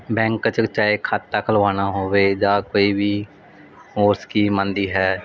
bank 'ਚ ਚਾਹੇ ਖਾਤਾ ਖੁਲਵਾਉਣਾ ਹੋਵੇ ਜਾਂ ਕੋਈ ਵੀ ਹੋਰ ਸਕੀਮ ਆਉਂਦੀ ਹੈ